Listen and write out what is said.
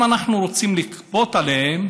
אם אנחנו רוצים לכפות עליהם,